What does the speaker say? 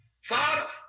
Father